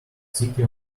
sticky